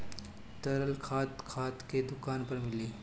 तरल खाद खाद के दुकान पर मिली